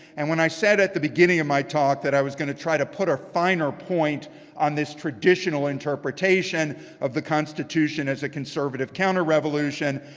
and when i said at the beginning of my talk that i was going to try to put a finer point on this traditional interpretation of the constitution as a conservative counter-revolution,